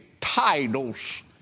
titles